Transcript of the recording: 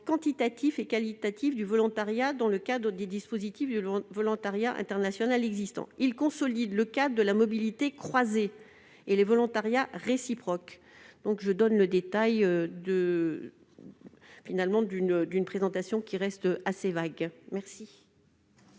quantitatif et qualitatif du volontariat dans le cadre d'autres dispositifs de volontariat international existants. Il consolide le cadre de la mobilité croisée et les volontariats réciproques ...» Il s'agit donc d'entrer dans le détail d'une présentation somme toute assez vague. Quel